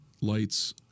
lights